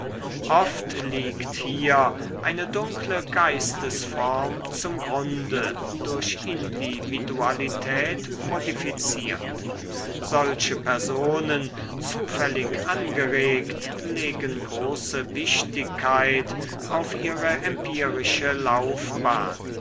oft liegt hier eine dunkle geistesform zum grunde durch individualität modifiziert solche personen zufällig angeregt legen große wichtigkeit auf ihre empirische laufbahn